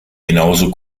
genauso